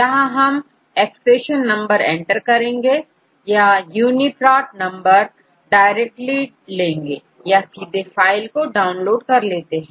यहां हम accession number enter करेंगे या UniProt number डायरेक्टली लेंगे या सीधे फाइल को डाउनलोड कर लेते हैं